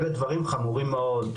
אלה דברים חמורים מאוד,